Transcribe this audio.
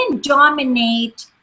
dominate